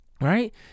right